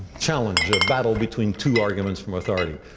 challenge, a battle between two arguments from authority.